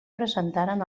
presentaren